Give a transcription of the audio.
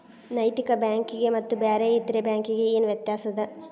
ನೈತಿಕ ಬ್ಯಾಂಕಿಗೆ ಮತ್ತ ಬ್ಯಾರೆ ಇತರೆ ಬ್ಯಾಂಕಿಗೆ ಏನ್ ವ್ಯತ್ಯಾಸದ?